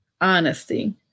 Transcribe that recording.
honesty